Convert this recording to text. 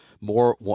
more